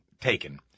taken